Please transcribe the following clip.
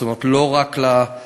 זאת אומרת, לא רק לענקיים.